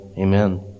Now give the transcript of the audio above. Amen